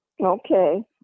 Okay